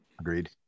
Agreed